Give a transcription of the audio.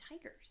tigers